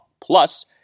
plus